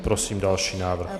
Prosím další návrh.